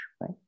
right